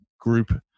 group